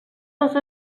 dos